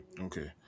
Okay